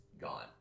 gone